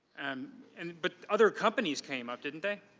and and but other companies came, didn't they.